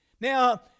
Now